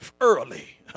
early